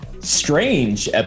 strange